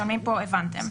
משלמים פה הבנתם.